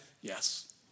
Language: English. Yes